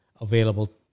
available